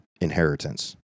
inheritance